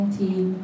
team